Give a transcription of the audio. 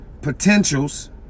potentials